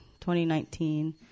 2019